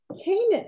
Canaan